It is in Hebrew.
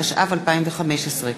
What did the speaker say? התשע"ו 2015,